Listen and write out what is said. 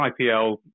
IPL